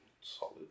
Solid